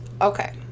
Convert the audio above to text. Okay